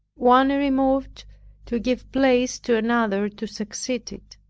one removed to give place to another to succeed it,